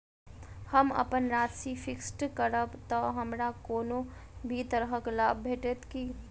हम अप्पन राशि फिक्स्ड करब तऽ हमरा कोनो भी तरहक लाभ भेटत की?